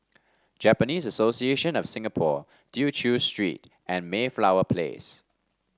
Japanese Association of Singapore Tew Chew Street and Mayflower Place